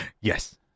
yes